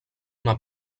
una